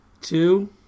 two